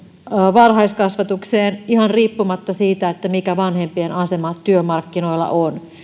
varhaiskasvatukseen ihan riippumatta siitä mikä vanhempien asema työmarkkinoilla on